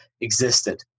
existed